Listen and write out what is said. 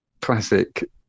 classic